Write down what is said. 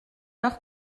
heure